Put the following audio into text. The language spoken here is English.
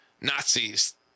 Nazis